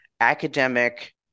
academic